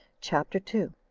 chapter two.